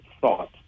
thought